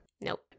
Nope